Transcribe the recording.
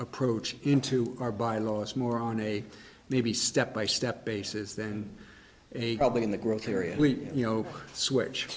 approach into our bylaws more on a maybe step by step basis then a public in the growth area we you know switch